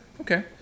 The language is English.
Okay